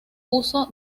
uso